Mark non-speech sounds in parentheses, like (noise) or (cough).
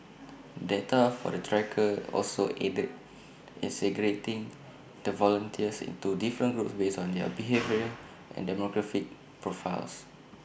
data from the trackers also aided in (unintelligible) the volunteers into different groups based on their (noise) behaviour and demographic profiles